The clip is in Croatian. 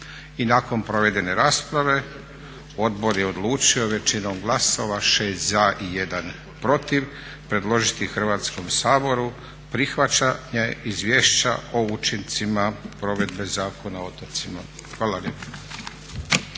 I nakon provedene rasprave odbor je odlučio većinom glasova 6 za i jedan protiv predložiti Hrvatskom saboru prihvaćanje izvješća o učincima provedbe Zakona o otocima. Hvala lijepa.